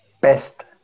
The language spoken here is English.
best